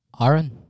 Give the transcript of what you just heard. Aaron